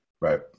Right